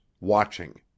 watching